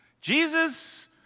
Jesus